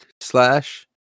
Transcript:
slash